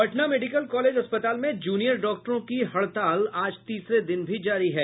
Patna medical college अस्पताल में junior डाक्टरों की हड़ताल आज तीसरे दिन भी जारी है